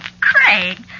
Craig